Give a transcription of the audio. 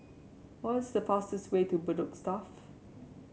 what is the fastest way to Bedok Stuff